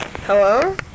hello